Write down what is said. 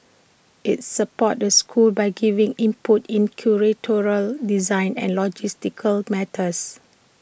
IT supports the schools by giving input in curatorial design and logistical matters